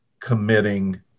committing